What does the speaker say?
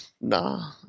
nah